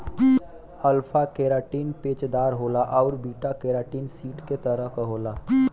alpha keratin पेचदार होला आउर बीटा केराटिन सीट के तरह क होला